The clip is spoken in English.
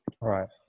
right